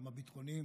גם הביטחוניים,